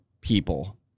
people